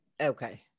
Okay